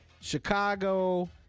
Chicago